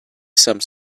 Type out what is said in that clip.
some